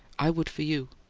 i would for you.